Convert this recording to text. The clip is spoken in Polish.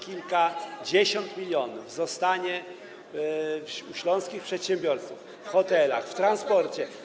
Kilkadziesiąt milionów zostanie u śląskich przedsiębiorców w hotelach, w transporcie.